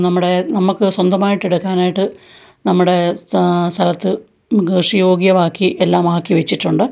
നമ്മുടെ നമ്മള്ക്ക് സ്വന്തമായിട്ടെടുക്കാനായിട്ട് നമ്മടെ സാ സ്ഥലത്ത് കൃഷിയോഗ്യമാക്കി എല്ലാമാക്കിവെച്ചിട്ടുണ്ട്